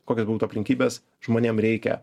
kokios būtų aplinkybės žmonėm reikia